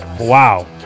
Wow